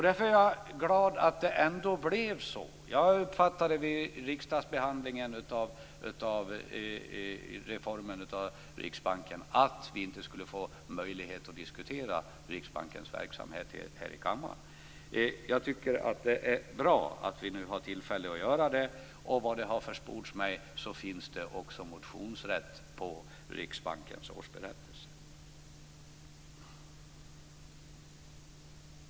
Därför är jag glad - vid riksdagsbehandlingen av reformen beträffande Riksbanken uppfattade jag nämligen att vi inte skulle få möjlighet att diskutera Riksbankens verksamhet här i kammaren - och tycker att det är bra att vi nu har tillfälle att göra det. Såvitt har försports mig finns det också motionsrätt vad gäller Riksbankens årsberättelse.